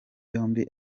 yombi